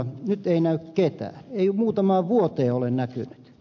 nyt ei näy ketään ei muutamaan vuoteen ole näkynyt